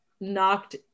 knocked